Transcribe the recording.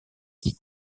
qui